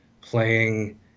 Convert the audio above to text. playing